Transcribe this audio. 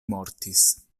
mortis